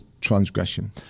transgression